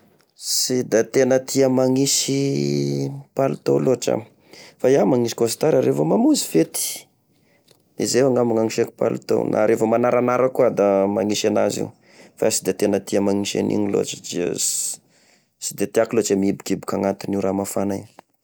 Sy da tena tia magnisy palitao loatry aho, fa iaho magnisy kostara revô mamonzy fety! Izay evao angamba gnagniseko palitao, rehefa magnaragnara koa aho da magnisy enazy io, fa sy de tena tia magnisy an'igny lôtry, satria sy, sy de tiako lôtry e mihibokiboky agnatin'io raha mafana io.